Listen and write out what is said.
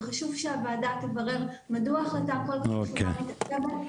וחשוב שהוועדה תברר מדוע החלטה כל כך חשובה מתעכבת,